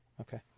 Okay